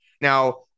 Now